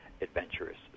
adventurous